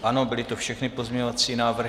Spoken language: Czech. Ano, byly to všechny pozměňovací návrhy.